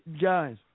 guys